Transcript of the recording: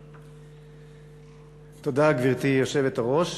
תודה, גברתי היושבת-ראש,